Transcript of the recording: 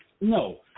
No